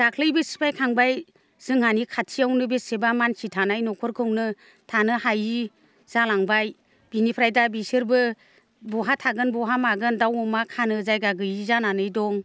दाख्लिबो सिफाय खांबाय जोंहानि खाथियावनो बेसेबा मानसि थानाय न'खरखौनो थानो हायै जालांबाय बिनिफ्राय दा बिसोरबो बहा थागोन बहा मागोन दाउ अमा खानो जायगा गैयै जानानै दं